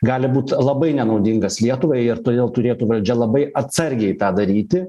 gali būt labai nenaudingas lietuvai ir todėl turėtų valdžia labai atsargiai tą daryti